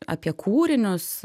apie kūrinius